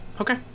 Okay